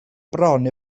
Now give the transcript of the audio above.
bron